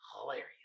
hilarious